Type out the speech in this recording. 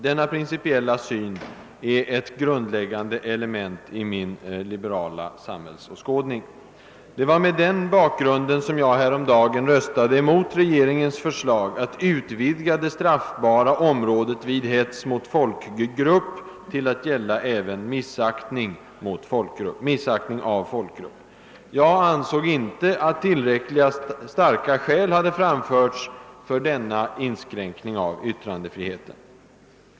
Denna principiella syn är ett grundläggande element i min liberala samhällsåskådning. Det var med den bakgrunden som jag häromdagen röstade emot regeringens förslag att utvidga det straffbara området vid hets mot folkgrupp till att gälla även missaktning av folkgrupp. Jag ansåg inte att tillräckligt starka skäl hade anförts för denna inskränkning av yttrandefriheten.